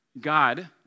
God